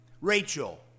Rachel